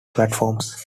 platforms